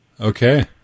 Okay